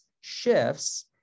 shifts